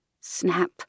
Snap